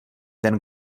ten